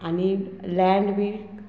आनी लँड बी